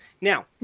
now